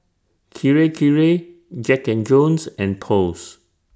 Kirei Kirei Jack and Jones and Post